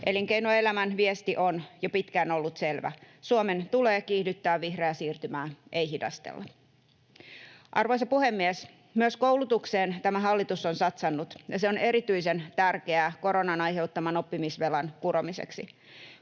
Elinkeinoelämän viesti on jo pitkään ollut selvä: Suomen tulee kiihdyttää vihreää siirtymää, ei hidastella. Arvoisa puhemies! Myös koulutukseen tämä hallitus on satsannut, ja se on erityisen tärkeää koronan aiheuttaman oppimisvelan kuromiseksi.